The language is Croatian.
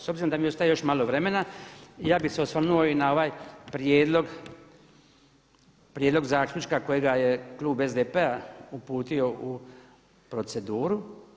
S obzirom da mi ostaje još malo vremena, ja bih se osvrnuo i na ovaj prijedlog zaključka kojega je klub SDP-a uputio u proceduru.